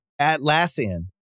Atlassian